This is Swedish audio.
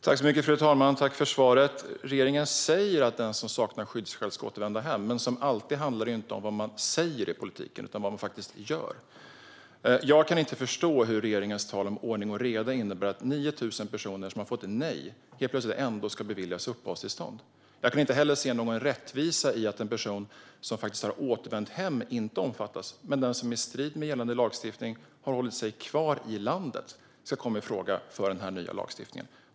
Fru talman! Jag tackar statsrådet för svaret. Regeringen säger att den som saknar skyddsskäl ska återvända hem. Men som alltid handlar det inte om vad man säger i politiken utan vad man faktiskt gör. Jag kan inte förstå hur regeringens tal om ordning och reda innebär att 9 000 personer som har fått nej helt plötsligt ändå ska beviljas uppehållstillstånd. Jag kan inte heller se någon rättvisa i att en person som faktiskt har återvänt hem inte omfattas medan en person som i strid med gällande lagstiftning har hållit sig kvar i landet ska komma i fråga för den nya lagstiftningen.